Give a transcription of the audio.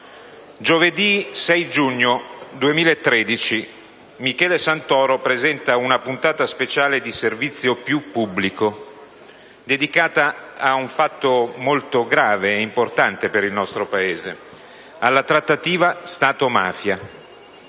Giovedì 6 giugno 2013 Michele Santoro presenta una puntata speciale di «Servizio Pubblico Più» dedicata a un fatto molto grave e importante per il nostro Paese: la trattativa Stato-mafia.